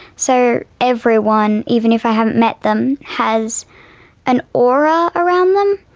so everyone, even if i haven't met them, has an aura around them,